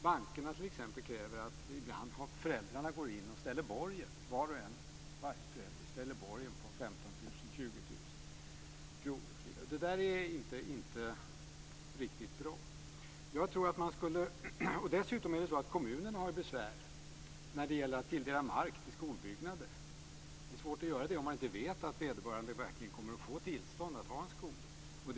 Bankerna t.ex. kräver ibland att varje förälder ställer borgen på 15 000 till 20 000 kronor. Det är inte riktigt bra. Dessutom har kommunen besvär när det gäller att tilldela mark till skolbyggnader. Det är svårt att göra det om man inte vet att vederbörande verkligen kommer att få tillstånd att ha en skola.